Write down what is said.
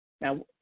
Now